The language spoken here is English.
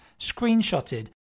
screenshotted